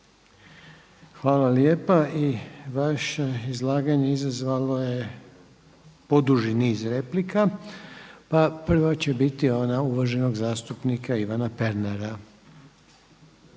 Hvala lijepa. I vaše izlaganje izazvalo je poduži niz replika, pa prva će biti ona uvaženog zastupnika Ivana Pernara.